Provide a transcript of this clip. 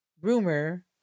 rumor